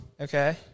Okay